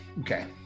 Okay